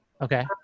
Okay